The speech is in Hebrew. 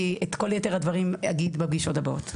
את כל יתר הדברים אגיד בפגישות הבאות.